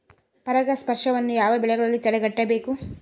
ಪರಾಗಸ್ಪರ್ಶವನ್ನು ಯಾವ ಬೆಳೆಗಳಲ್ಲಿ ತಡೆಗಟ್ಟಬೇಕು?